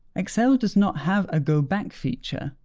excel does not have a go back feature,